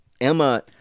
Emma